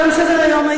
תם סדר-היום.